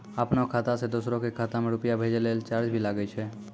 आपनों खाता सें दोसरो के खाता मे रुपैया भेजै लेल चार्ज भी लागै छै?